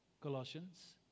Colossians